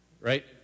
right